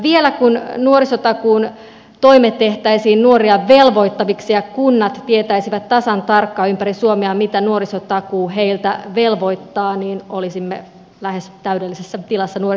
vielä kun nuorisotakuun toimet tehtäisiin nuoria velvoittaviksi ja kunnat tietäisivät tasan tarkkaan ympäri suomea miten nuorisotakuu heitä velvoittaa niin olisimme lähes täydellisessä tilassa nuorisotakuun suhteen